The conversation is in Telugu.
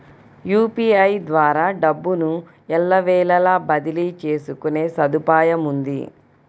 యూపీఐ ద్వారా డబ్బును ఎల్లవేళలా బదిలీ చేసుకునే సదుపాయముంది